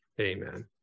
Amen